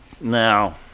Now